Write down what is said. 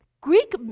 Greek